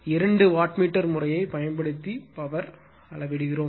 இரண்டு watt meter முறையைப் பயன்படுத்தி பவர் அளவிடுகிறோம்